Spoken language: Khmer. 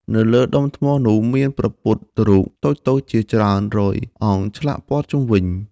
នៅលើដុំថ្មនោះមានព្រះពុទ្ធរូបតូចៗជាច្រើនរយអង្គឆ្លាក់ព័ទ្ធជុំវិញ។